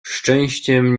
szczęściem